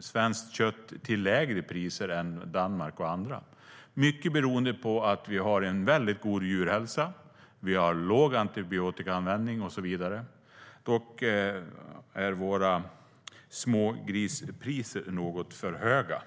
svenskt kött till lägre priser än Danmark och andra, mycket beroende på att vi har en väldigt god djurhälsa, liten antibiotikaanvändning och så vidare. Däremot är våra priser på smågrisar något för höga.